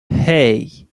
hey